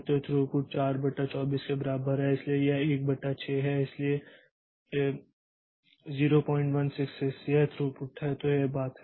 तो थ्रूपुट 4 बटा 24 के बराबर है इसलिए यह 1 बटा 6 है इसलिए 0166 यह थ्रूपुट है तो यह बात है